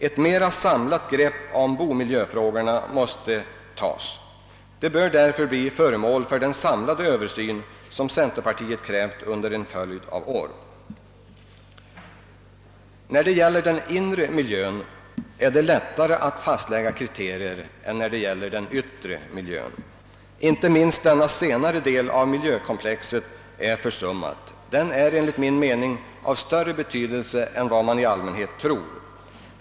Ett mera samlat grepp om bomiljöfrågorna måste tas. De bör därför bli föremål för den samlade översyn som centerpartiet har krävt under en följd av år. För den inre miljön är det lättare att fastlägga kriterier än för den yttre miljön. Inte minst den senare delen av miljökomplexet har försummats. Den är enligt min mening av större bety delse än man i allmänhet tror.